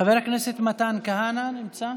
חבר הכנסת מתן כהנא, נמצא?